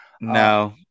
no